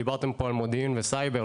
דיברתם פה על מודיעין וסייבר.